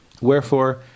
Wherefore